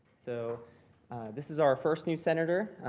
so this is our first new senator,